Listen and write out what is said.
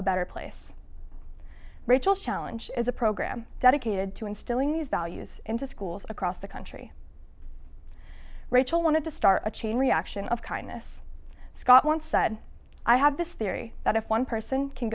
a better place rachel challenge is a program dedicated to instilling these values into schools across the country rachel wanted to start a chain reaction of kindness scott once said i have this theory that if one person can